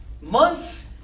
months